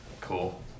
Cool